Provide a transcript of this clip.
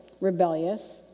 rebellious